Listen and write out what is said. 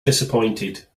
disappointed